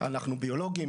אנחנו ביולוגים,